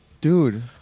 Dude